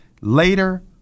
later